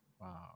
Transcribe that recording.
wow